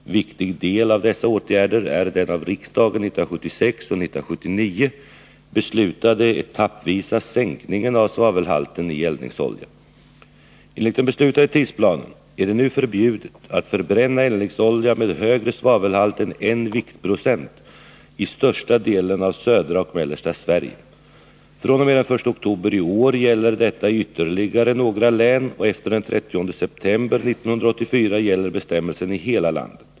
En viktig del av dessa åtgärder är den av riksdagen 1976 och 1979 beslutade etappvisa sänkningen av svavelhalten i eldningsolja. Enligt den beslutade tidsplanen är det nu förbjudet att förbränna eldningsolja med högre svavelhalt än 1 viktprocent i största delen av södra och mellersta Sverige. fr.o.m. den 1 oktober i år gäller detta i ytterligare några län, och efter den 30 september 1984 gäller bestämmelsen i hela landet.